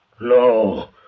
No